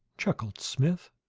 chuckled smith.